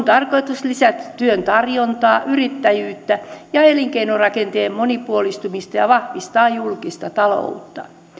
tarkoitus lisätä työn tarjontaa yrittäjyyttä ja elinkeinorakenteen monipuolistumista ja vahvistaa julkista taloutta